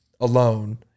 alone